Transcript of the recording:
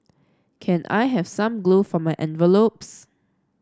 can I have some glue for my envelopes